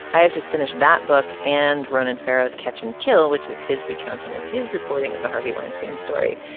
i have just finished that book and ronan farrow's catch and kill which is his recounting of his reporting of the harvey weinstein story.